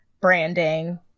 branding